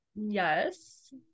Yes